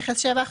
מכס-7%.